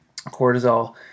cortisol